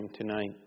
tonight